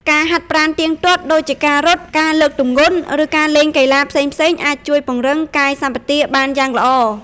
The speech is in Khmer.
ការហាត់ប្រាណទៀងទាត់ ដូចជាការរត់ ការលើកទម្ងន់ ឬលេងកីឡាផ្សេងៗ អាចជួយពង្រឹងកាយសម្បទាបានយ៉ាងល្អ។